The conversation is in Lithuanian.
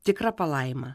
tikra palaima